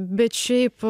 bet šiaip